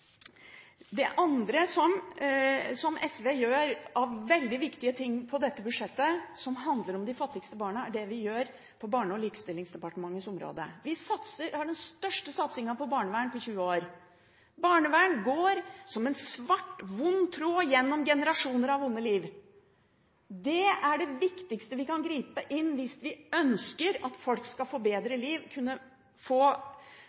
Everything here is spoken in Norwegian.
som SV gjør i dette budsjettet av veldig viktige ting som handler om de fattigste barna, er det vi gjør på Barne- og likestillingsdepartementets område. Vi har den største satsingen på barnevern på 20 år. Barnevern går som en svart, vond tråd gjennom generasjoner av vonde liv. Det er det viktigste vi kan gripe fatt i hvis vi ønsker at folk skal få et bedre